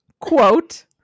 quote